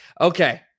Okay